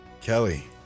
Kelly